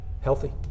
Healthy